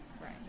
right